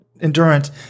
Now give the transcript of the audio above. endurance